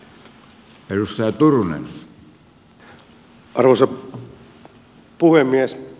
arvoisa puhemies